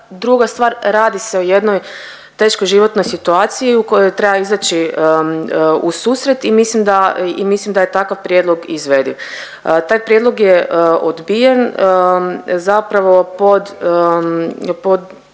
Druga stvar, radi se o jednoj teškoj životnoj situaciji u kojoj treba izaći u susret i mislim da je takav prijedlog izvediv. Taj prijedlog je odbijen zapravo pod